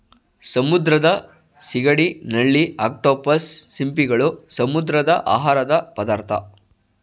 ಸಮುದ್ರದ ಸಿಗಡಿ, ನಳ್ಳಿ, ಅಕ್ಟೋಪಸ್, ಸಿಂಪಿಗಳು, ಸಮುದ್ರದ ಆಹಾರದ ಪದಾರ್ಥ